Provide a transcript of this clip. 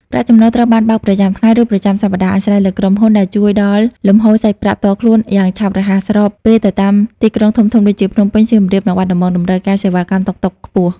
ប្រាក់ចំណូលត្រូវបានបើកប្រចាំថ្ងៃ ឬប្រចាំសប្តាហ៍អាស្រ័យលើក្រុមហ៊ុន ដែលជួយដល់លំហូរសាច់ប្រាក់ផ្ទាល់ខ្លួនយ៉ាងឆាប់រហ័ស ស្របពេលនៅតាមទីក្រុងធំៗដូចជា ភ្នំពេញ សៀមរាប និងបាត់ដំបង តម្រូវការសេវាកម្មតុកតុកខ្ពស់។